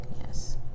Yes